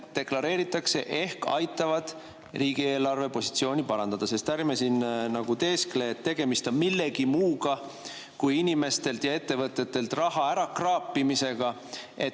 deklareeritakse, ehk aitavad riigieelarve positsiooni parandada. Ärme siin teeskle, et tegemist on millegi muuga kui inimestelt ja ettevõtetelt raha ära kraapimisega